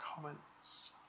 comments